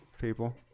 people